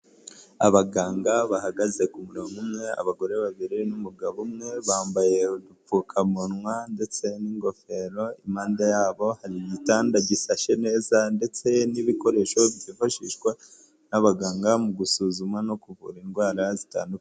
Abaganga bahagaze ku murongo umwe, abagore babiri n'umugabo umwe, bambaye udupfukamunwa ndetse n'ingofero, impande yabo hari igitanda gisashe neza ndetse n'ibikoresho byifashishwa n'abaganga mu gusuzuma no kuvura indwara zitandukanye.